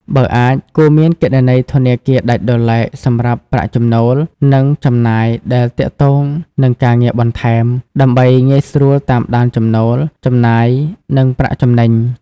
បើអាច គួរមានគណនីធនាគារដាច់ដោយឡែកសម្រាប់ប្រាក់ចំណូល និងចំណាយដែលទាក់ទងនឹងការងារបន្ថែម ដើម្បីងាយស្រួលតាមដានចំណូល ចំណាយ និងប្រាក់ចំណេញ។